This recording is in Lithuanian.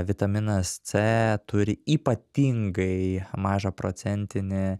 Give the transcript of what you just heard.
vitaminas c turi ypatingai mažą procentinę